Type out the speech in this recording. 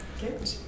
Good